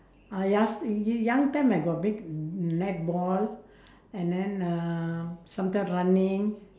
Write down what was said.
uh las~ y~ y~ young time I got play netball and then uh sometime running